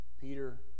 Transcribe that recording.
peter